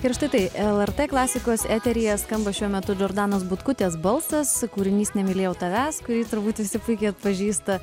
ir štai tai lrt klasikos eteryje skamba šiuo metu džordanos butkutės balsas kūrinys nemylėjau tavęs kurį turbūt visi puikiai atpažįsta